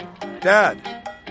Dad